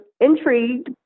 intrigued